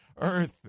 earth